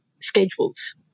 schedules